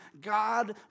God